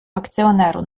акціонеру